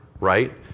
right